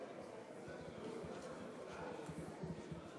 תומכים, 44 מתנגדים,